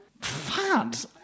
fat